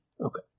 Okay